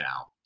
out